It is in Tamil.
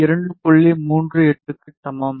38 க்கு சமம்